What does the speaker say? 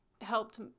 helped